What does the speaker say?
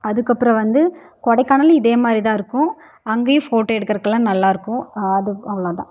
அதுக்கப்புறம் வந்து கொடைக்கானலும் இதேமாதிரி தான் இருக்கும் அங்கேயும் ஃபோட்டோ எடுக்கிறக்குலாம் நல்லாயிருக்கும் அது அவ்வளோதான்